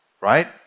right